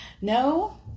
No